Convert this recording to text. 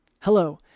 Hello